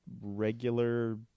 regular